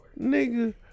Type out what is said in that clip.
nigga